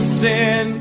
sin